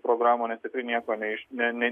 programų nes tikrai nieko ne iš ne ne